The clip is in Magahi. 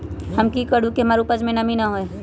हम की करू की हमार उपज में नमी होए?